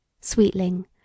Sweetling